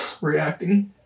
reacting